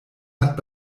hat